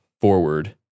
forward